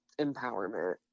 empowerment